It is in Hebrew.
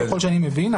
ככל שאני מבין,